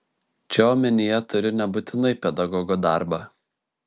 čia omenyje turiu nebūtinai pedagogo darbą